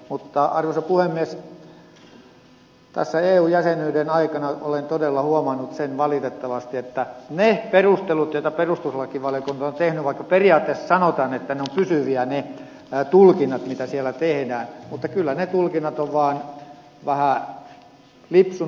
mutta arvoisa puhemies tässä eu jäsenyyden aikana olen todella huomannut sen valitettavasti että ne perustelut joita perustuslakivaliokunta on tehnyt vaikka periaatteessa sanotaan että ne tulkinnat ovat pysyviä mitä siellä tehdään mutta kyllä ne tulkinnat ovat vaan lipsuneet aika paljonkin